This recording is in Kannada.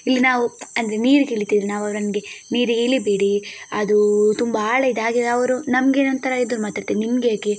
ಇಲ್ಲಿ ನಾವು ಅಂದರೆ ನೀರಿಗೆ ಇಳಿತಿದ್ದರು ನಾವು ಅವ್ರು ನೀರಿಗೆ ಇಳಿಬೇಡಿ ಅದು ತುಂಬ ಆಳ ಇದೆ ಹಾಗೆ ಅವರು ನಮಗೆ ಒಂಥರಾ ಎದುರು ಮಾತಾಡ್ತಾರೆ ನಿಮಗೇಕೆ